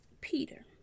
Peter